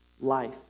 life